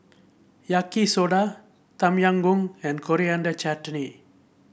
Yaki Soda Tom Yam Goong and Coriander Chutney